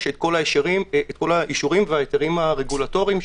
את כל האישורים וההיתרים הרגולטוריים.